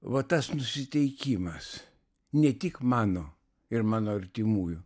va tas nusiteikimas ne tik mano ir mano artimųjų